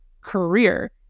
career